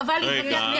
חבל להתווכח.